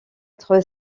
être